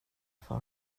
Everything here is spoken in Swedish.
för